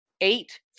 eight